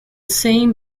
same